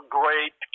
great